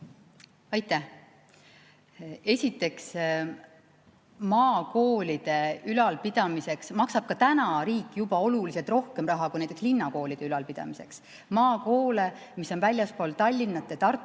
Aitäh! Esiteks, maakoolide ülalpidamiseks maksab ka täna riik juba oluliselt rohkem raha kui linnakoolide ülalpidamiseks. Maakoole, mis on väljaspool Tallinna ja Tartut,